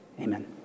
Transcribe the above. Amen